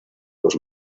dos